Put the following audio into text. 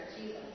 Jesus